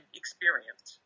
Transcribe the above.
experience